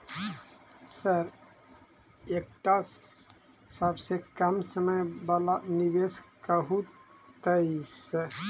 Sir एकटा सबसँ कम समय वला निवेश कहु तऽ?